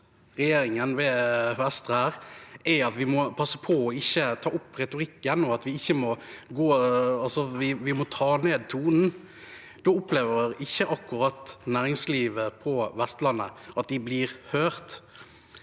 vi må passe på å ikke ta opp retorikken, og at vi må ta ned tonen, opplever ikke akkurat næringslivet på Vestlandet at de blir hørt.